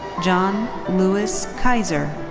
john louis kisor.